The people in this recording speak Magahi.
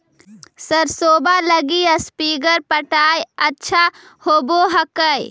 सरसोबा लगी स्प्रिंगर पटाय अच्छा होबै हकैय?